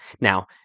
Now